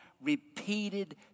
repeated